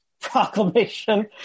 proclamation